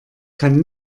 kann